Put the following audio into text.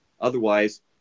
Otherwise